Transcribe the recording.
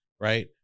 right